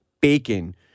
bacon